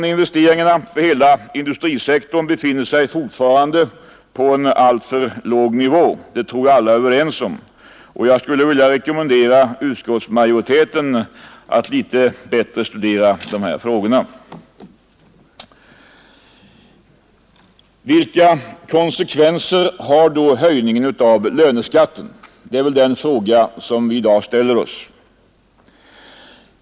Att investeringarna för hela industrisektorn fortfarande befinner sig på en alltför låg nivå tror jag alla är överens om, och jag vill rekommendera utskottsmajoriteten att litet bättre studera dessa frågor. Vilka konsekvenser har då höjningen av löneskatten? Det är väl den fråga som vi i dag ställer oss.